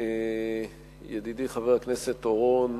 ידידי חבר הכנסת אורון,